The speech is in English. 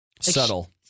subtle